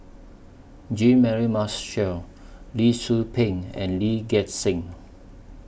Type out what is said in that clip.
Jean Mary Marshall Lee Tzu Pheng and Lee Gek Seng